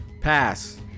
Pass